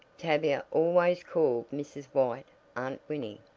tavia always called mrs. white aunt winnie.